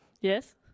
Yes